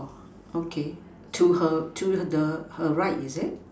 okay to her to the her right is it